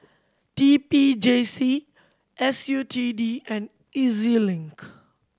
T P J C S U T D and E Z Link